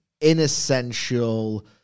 inessential